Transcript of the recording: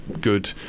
good